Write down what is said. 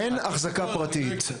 אין החזקה פרטית.